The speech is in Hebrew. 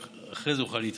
רק אחרי זה אוכל להתחייב.